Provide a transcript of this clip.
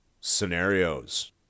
Scenarios